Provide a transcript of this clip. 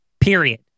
Period